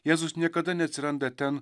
jėzus niekada neatsiranda ten